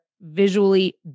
visually